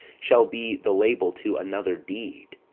shall be the label to another deed,